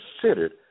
considered